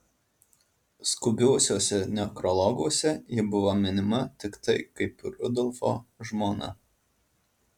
skubiuosiuose nekrologuose ji buvo minima tiktai kaip rudolfo žmona